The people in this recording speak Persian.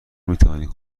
میتوانیم